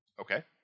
Okay